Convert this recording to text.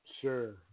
Sure